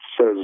says